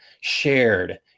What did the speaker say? shared